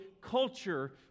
culture